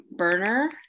burner